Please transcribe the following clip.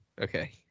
Okay